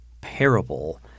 parable